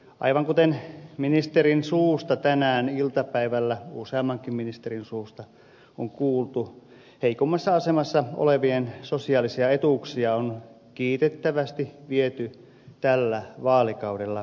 aivan kuten tänään iltapäivällä useammankin ministerin suusta on kuultu heikommassa asemassa olevien sosiaalisia etuuksia on kiitettävästi viety tällä vaalikaudella eteenpäin